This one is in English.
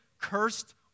cursed